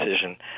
decision